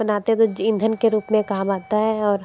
बनाके ईंधन के रूप में काम आता है और